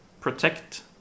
protect